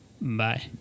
Bye